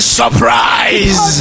surprise